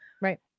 Right